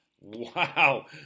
wow